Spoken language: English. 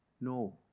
No